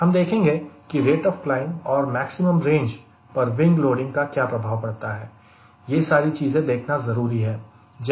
हम देखेंगे की रेट ऑफ क्लाइंब और मैक्सिमम रेंज पर विंग लोडिंग का क्या प्रभाव पड़ता है यह सारी चीजें देखना ज़रूरी है